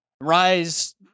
rise